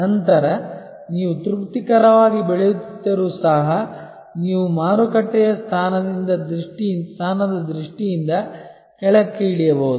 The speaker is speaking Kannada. ನಂತರ ನೀವು ತೃಪ್ತಿಕರವಾಗಿ ಬೆಳೆಯುತ್ತಿದ್ದರೂ ಸಹ ನೀವು ಮಾರುಕಟ್ಟೆಯ ಸ್ಥಾನದ ದೃಷ್ಟಿಯಿಂದ ಕೆಳಕ್ಕೆ ಇಳಿಯಬಹುದು